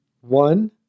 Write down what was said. One